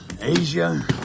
Asia